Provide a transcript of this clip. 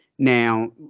Now